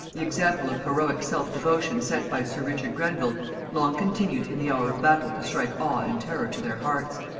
the example of heroic self-devotion set by sir richard grenville long continued in the hour of battle to strike awe and terror to their hearts.